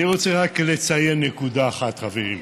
אני רוצה רק לציין נקודה אחת, חברים.